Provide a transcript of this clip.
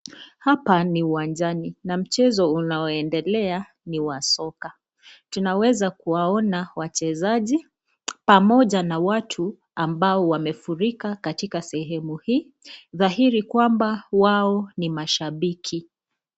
Hapa ni uwanjani na mchezo unaendelea ni wa soka. Tunaweza kuwaona wachezaji pamoja na watu ambao wamefurika katika sehemu hii, thahiri kwamba wao ni mashambiki.